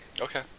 Okay